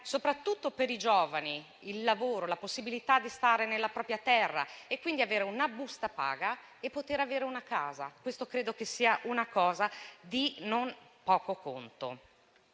soprattutto per i giovani, dando loro la possibilità di stare nella propria terra, avere una busta paga e una casa. Questa credo che sia una cosa di non poco conto.